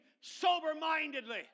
sober-mindedly